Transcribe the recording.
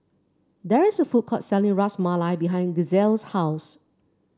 there is a food court selling Ras Malai behind Gisele's house